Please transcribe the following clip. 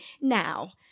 Now